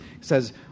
says